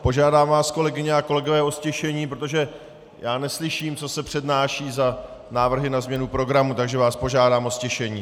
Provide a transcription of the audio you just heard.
Požádám vás, kolegyně a kolegové o ztišení, protože já neslyším, co se přednáší za návrhy na změnu programu, takže vás požádám o ztišení.